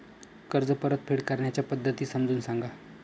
कर्ज परतफेड करण्याच्या पद्धती समजून सांगा